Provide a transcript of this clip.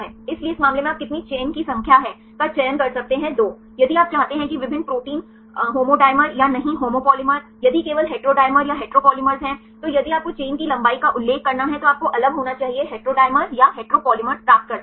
इसलिए इस मामले में आप कितनी चैन की संख्या है का चयन कर सकते हैं 2 यदि आप चाहते हैं कि विभिन्न प्रोटीन होमोडीमर या नहीं होमोपोलिमर यदि केवल हेटेरोडीमर या हेटरोपॉलेमर हैं तो यदि आपको चेन की लंबाई का उल्लेख करना है तो आपको अलग होना चाहिए हेटेरोडीमर या हेटरोपॉलेमर प्राप्त कर सकते हैं